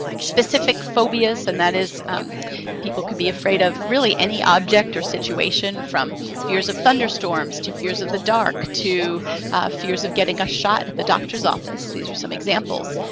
specific phobias, and that is people could be afraid of really any object or situation, from fears of thunderstorms to fears of the dark to fears of getting a shot at the doctor's office. these are some examples.